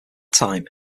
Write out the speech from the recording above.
time